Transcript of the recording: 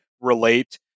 relate